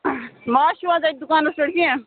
ماز چھُو حظ اَتہِ دُکانَس پٮ۪ٹھ کینٛہہ